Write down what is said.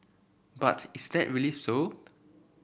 but is that really so